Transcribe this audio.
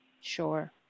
Sure